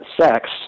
sex